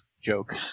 joke